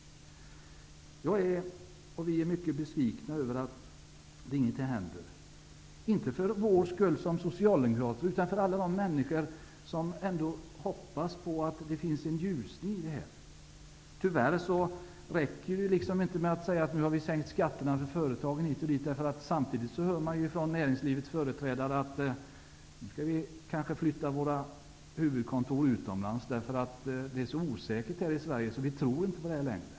Vi är besvikna över att ingenting händer. Det är inte för vår skull som socialdemokrater, utan för alla de människor som ändå hoppas på en ljusning. Det räcker tyvärr inte med att säga att skatterna har sänkts för företagen. Samtidigt säger näringslivets företrädare att de kanske skall flytta huvudkontoren utomlands, eftersom de finner situationen så osäker i Sverige.